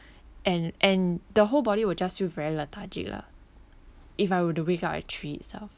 and and the whole body would just feel very lethargic lah if I were to wake up at three itself